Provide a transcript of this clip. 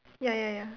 ya ya ya